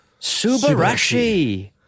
Subarashi